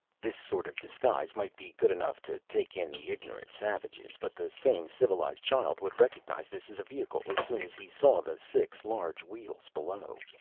this sort of disguise might be good enough to take in the ignorant savages, but the same civilized child would recognize this as a vehicle as soon as he saw the six large wheels below.